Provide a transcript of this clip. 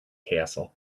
castle